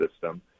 system